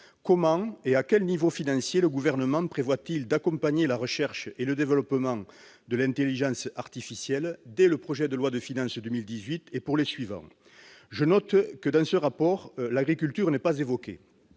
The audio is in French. Comment, et à quel niveau financier, le Gouvernement prévoit-il d'accompagner la recherche et le développement de l'intelligence artificielle dès le projet de loi de finances pour 2018 et au cours des années suivantes ? Je note par ailleurs que, dans ce rapport, l'agriculture n'est pas évoquée.